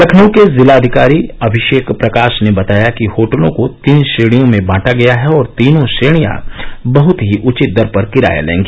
लखनऊ के जिला अधिकारी अभिषेक प्रकाश ने बताया कि होटलों को तीन श्रेणियों में बांटा गया है और तीनों श्रेणियां बहत ही उचित दर पर किराया लेंगी